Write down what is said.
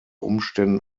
umständen